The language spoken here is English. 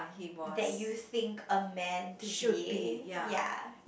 they using a man to behave ya